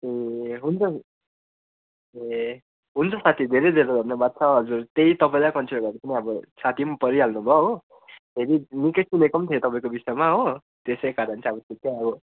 ए हुन्छ ए हुन्छ साथी धेरै धेरै धन्यवाद छ हजुर त्यही तपाईँलाई कन्सिडर गरेको नि अब साथी परिहाल्नु भयो हो फेरि निकै सुनेको थिएँ तपाईँको विषयमा हो त्यसै कारण चाहिँ अब ठिक्कै अब